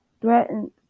threatened